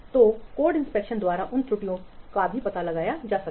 तो code inspection द्वारा उन प्रकार की त्रुटियों का भी पता लगाया जा सकता है